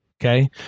Okay